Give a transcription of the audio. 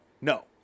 No